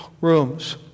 rooms